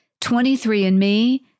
23andMe